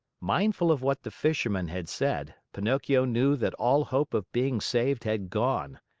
mindful of what the fisherman had said, pinocchio knew that all hope of being saved had gone.